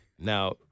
Now